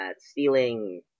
stealing